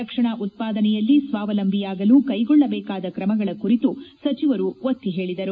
ರಕ್ಷಣಾ ಉತ್ಪಾದನೆಯಲ್ಲಿ ಸ್ವಾವಲಂಬಿಯಾಗಲು ಕೈಗೊಳ್ಳಬೇಕಾದ ಕ್ರಮಗಳ ಕುರಿತು ಸಚಿವರು ಒತ್ತಿ ಹೇಳಿದರು